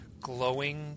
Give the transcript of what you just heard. glowing